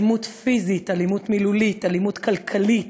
אלימות פיזית, אלימות מילולית, אלימות כלכלית,